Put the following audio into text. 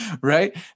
right